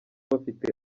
bafite